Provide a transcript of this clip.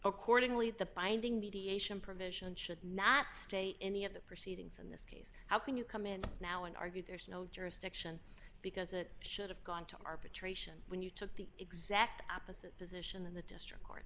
accordingly the binding mediation provision should not stay any of the proceedings in this case how can you come in now and argue there is no jurisdiction because it should have gone to arbitration when you took the exact opposite position in the district court